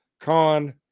con